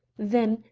then,